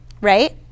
right